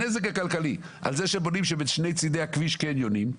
הנזק הכלכלי על זה שבונים משני צדי הכביש קניונים.